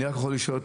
אני רק יכול לשאול,